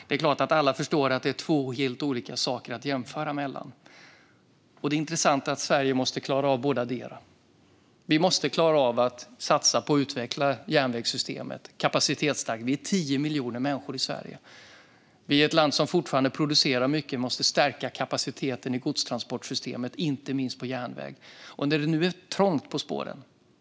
Det är klart att alla förstår att det är två helt olika saker att jämföra mellan. Det intressanta är att Sverige måste klara av bådadera. Vi måste klara av att satsa på att utveckla järnvägssystemet och kapaciteten. Vi är 10 miljoner människor i Sverige. Vi är ett land som fortfarande producerar mycket och måste stärka kapaciteten i godstransportsystemet, inte minst på järnväg. Där är det nu trångt på spåren.